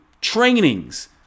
trainings